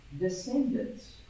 descendants